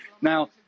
Now